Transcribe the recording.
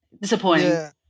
disappointing